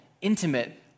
intimate